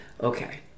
Okay